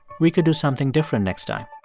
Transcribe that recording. we could do something different next time.